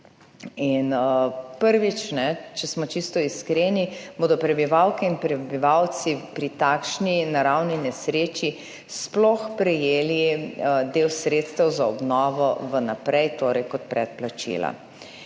Prvič, če smo čisto iskreni, bodo prebivalke in prebivalci pri takšni naravni nesreči sploh prejeli del sredstev za obnovo v naprej, torej kot predplačila.